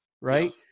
Right